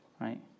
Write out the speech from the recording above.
right